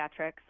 pediatrics